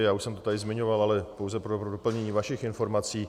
Už jsem to tady zmiňoval, ale pouze pro doplnění vašich informací.